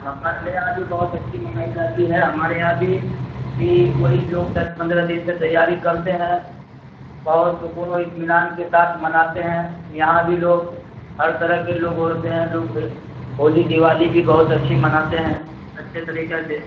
ہمارے یہاں بھی بہت اچھی منائی جاتی ہے ہمارے یہاں بھی بھی وہی لوگ دس پندرہ دن سے تیاری کرتے ہیں بہت سکون و اطمینان کے ساتھ مناتے ہیں یہاں بھی لوگ ہر طرح کے لوگ ہوتے ہیں لوگ ہولی دیوالی بھی بہت اچھی مناتے ہیں اچھے طریکے سے